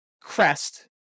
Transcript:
crest